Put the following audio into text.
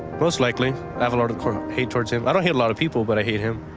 most likely. i have a lot of hate towards him. i don't hate a lot of people, but i hate him.